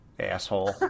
asshole